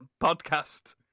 podcast